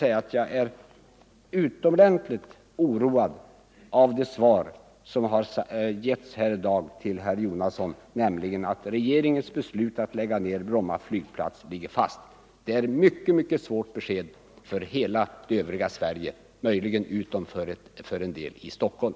Jag är utomordentligt oroad av det svar som herr statsrådet i dag gett till herr Jonasson, nämligen att regeringens beslut att lägga ner Bromma flygplats ligger fast. Det är ett mycket tungt besked för alla i vårt land, utom möjligen för en del i Stockholm.